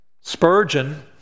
Spurgeon